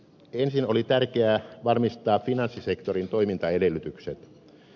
ensin oli tärkeää varmistaa finanssisektorin toimintaedellytykset